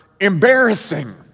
embarrassing